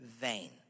vain